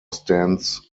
stands